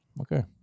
Okay